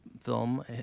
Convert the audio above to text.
film